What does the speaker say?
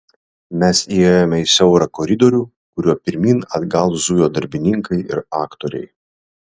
mes įėjome į siaurą koridorių kuriuo pirmyn atgal zujo darbininkai ir aktoriai